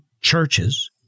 churches